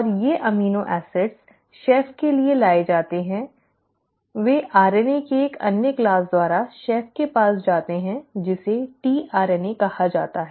और ये amino acid chef के लिए लाए जाते हैं वे RNA के एक अन्य क्लास द्वारा शेफ के पास जाते हैं जिसे tRNA कहा जाता है